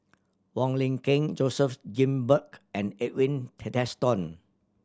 Wong Lin Ken Joseph Grimberg and Edwin Tessensohn